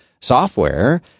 software